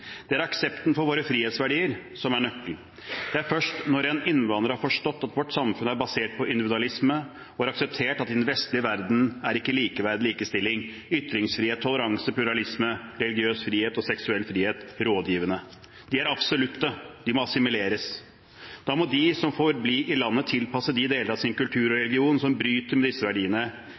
Det er aksepten av våre frihetsverdier som er nøkkelen. Det er først når en innvandrer har forstått at vårt samfunn er basert på individualisme og har akseptert at i den vestlige verden er ikke likeverd, likestilling, ytringsfrihet, toleranse, pluralisme, religiøs frihet og seksuell frihet rådgivende. De er absolutte – de må assimileres. Da må dem som får bli i landet, tilpasse de delene av sin kultur og religion som bryter med disse verdiene.